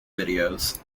videos